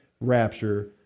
rapture